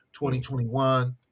2021